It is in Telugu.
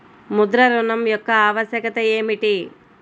ముద్ర ఋణం యొక్క ఆవశ్యకత ఏమిటీ?